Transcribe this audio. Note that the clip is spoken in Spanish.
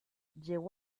llegó